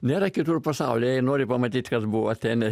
nėra kitur pasaulyje jei nori pamatyti kas buvo atėnė